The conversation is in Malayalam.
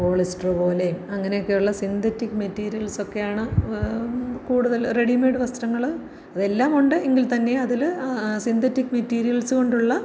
പോളിസ്റ്റർ പോലെയും അങ്ങനെയൊക്കെയുള്ള സിന്തറ്റിക്ക് മെറ്റീരിയൽസ് ഒക്കെയാണ് കൂടുതൽ റെഡിമെയ്ഡ് വസ്ത്രങ്ങൾ ഇതെല്ലാമുണ്ട് എങ്കിൽ തന്നെ അതിൽ സിന്തറ്റിക്ക് മെറ്റീരിയൽസ് കൊണ്ടുള്ള